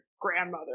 grandmother